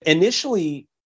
Initially